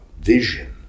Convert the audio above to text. vision